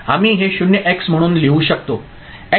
आम्ही हे 0 X म्हणून लिहू शकतो